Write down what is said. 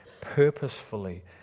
purposefully